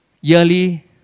yearly